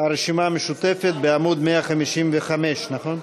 הרשימה המשותפת בעמוד 155, נכון.